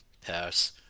pass